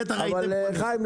אבל חיים,